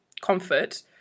comfort